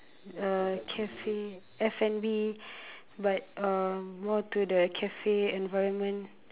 uh Cafe F and B but uh more to the cafe environment